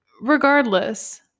Regardless